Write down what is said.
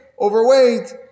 overweight